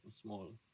small